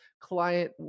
client